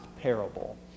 parable